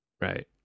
right